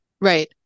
right